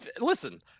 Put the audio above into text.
listen